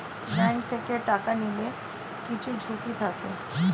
bank থেকে টাকা নিলে কিছু ঝুঁকি থাকে